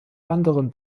anderen